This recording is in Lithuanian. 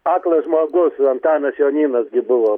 aklas žmogus antanas jonynas gi buvo